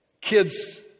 Kids